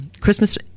Christmas